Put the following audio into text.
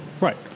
Right